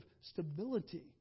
stability